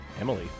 Emily